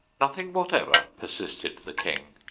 nothing whatever persisted the king.